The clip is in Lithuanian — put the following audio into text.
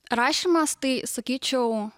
rašymas tai sakyčiau